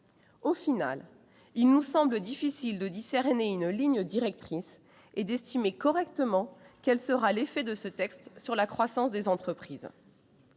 Au total, il nous semble difficile de discerner une ligne directrice et d'estimer correctement quel sera l'effet de ce texte sur la croissance des entreprises.